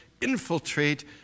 infiltrate